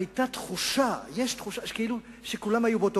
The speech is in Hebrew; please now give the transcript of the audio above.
היתה תחושה שכולם היו באותו,